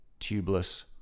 tubeless